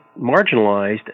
marginalized